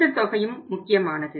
இந்த தொகையும் முக்கியமானது